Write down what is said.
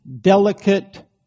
delicate